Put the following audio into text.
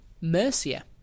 Mercia